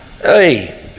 Hey